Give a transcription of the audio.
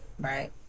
right